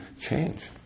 change